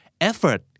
Effort